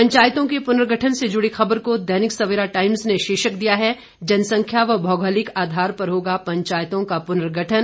पंचायतों के पुनर्गठन से जुड़ी खबर को दैनिक सवेरा टाइम्स ने शीर्षक दिया है जनसंख्या व भौगोलिक आधार पर होगा पंचायतों का पुनर्गठन